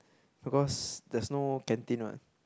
because there's no canteen what